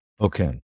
Okay